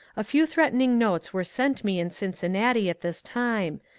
a few threatening notes were sent me in cincinnati at this time,